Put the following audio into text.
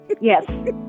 Yes